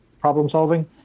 problem-solving